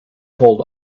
told